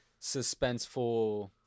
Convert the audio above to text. suspenseful